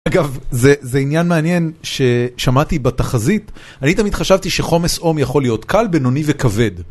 אגב, זה עניין מעניין ששמעתי בתחזית, אני תמיד חשבתי שעומס חום יכול להיות קל, בנוני וכבד.